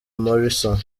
morrison